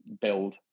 build